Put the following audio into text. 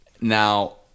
Now